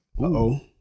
Uh-oh